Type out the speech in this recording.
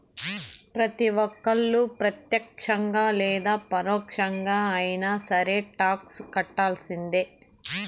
ప్రతి ఒక్కళ్ళు ప్రత్యక్షంగా లేదా పరోక్షంగా అయినా సరే టాక్స్ కట్టాల్సిందే